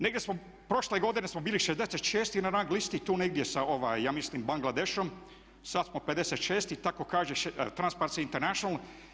Negdje smo prošle godine bili 66 na rang listi tu negdje sa ja mislim Bangladešom, sad smo 56 tako kaže Transparency International.